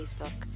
Facebook